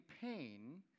pain